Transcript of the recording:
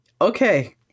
okay